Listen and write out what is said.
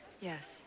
Yes